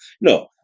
No